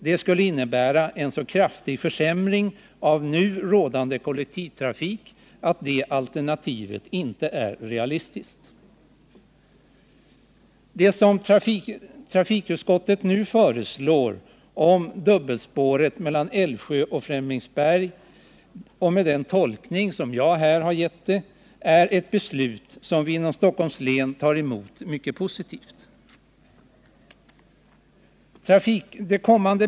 Det skulle innebära en så kraftig försämring av den nuvarande kollektivtrafiken att det alternativet inte är realistiskt. Det beslut som trafikutskottet nu föreslår riksdagen att fatta angående dubbelspåret mellan Älvsjö och Flemingsberg är, med den tolkning jag ger det, ett beslut som vi inom Stockholms län tar emot mycket positivt.